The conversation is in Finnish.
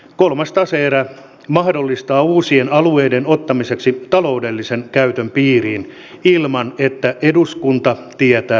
kolmas tase erä mahdollistaa uusien alueiden ottamisen taloudellisen käytön piiriin ilman että eduskunta tietää asiasta